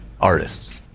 artists